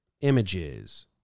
Images